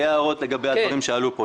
שתי הערות לגבי הדברים שעלו פה.